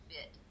fit